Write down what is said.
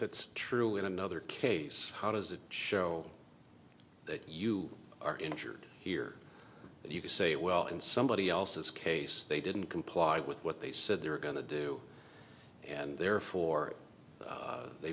it's true in another case how does it show that you are injured here that you can say well in somebody else's case they didn't comply with what they said they were going to do and therefore they